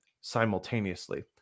simultaneously